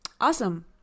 Awesome